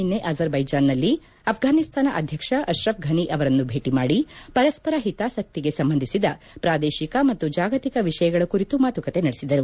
ನಿನ್ನೆ ಅಜರ್ಬೈಜಾನ್ನಲ್ಲಿ ಅಫ್ರಾನಿಸ್ತಾನ ಅಧ್ಯಕ್ಷ ಅಶ್ರಫ್ ಫನಿ ಅವರನ್ನು ಭೇಟಿ ಮಾಡಿ ಪರಸ್ಪರ ಓತಾಸಕ್ತಿಗೆ ಸಂಬಂಧಿಸಿದ ಪ್ರಾದೇಶಿಕ ಮತ್ತು ಜಾಗತಿಕ ವಿಷಯಗಳ ಕುರಿತು ಮಾಶುಕತೆ ನಡೆಸಿದರು